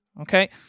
okay